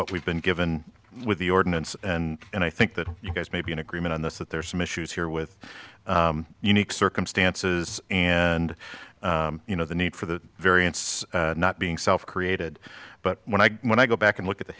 what we've been given with the ordinance and i think that you guys may be in agreement on this that there are some issues here with unique circumstances and you know the need for the variance not being self created but when i when i go back and look at the